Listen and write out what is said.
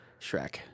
Shrek